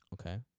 Okay